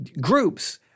groups